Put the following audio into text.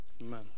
amen